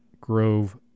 grove